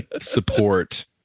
support